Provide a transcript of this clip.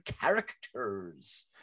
characters